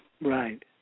Right